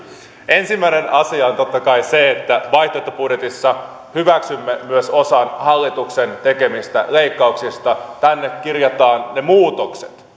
ensimmäinen asia on totta kai se että vaihtoehtobudjetissa hyväksymme myös osan hallituksen tekemistä leikkauksista tänne kirjataan ne muutokset